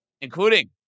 including